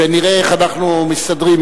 ונראה איך אנחנו מסתדרים.